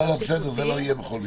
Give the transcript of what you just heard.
לא, בסדר, זה לא יהיה בכל מקרה.